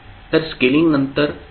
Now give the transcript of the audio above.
तर स्केलिंग नंतर आहे